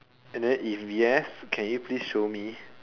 and then if yes can you please show me